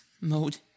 mode